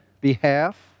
behalf